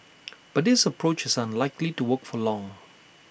but this approach is unlikely to work for long